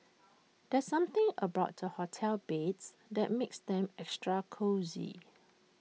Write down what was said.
there's something about hotel beds that makes them extra cosy